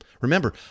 Remember